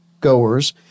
goers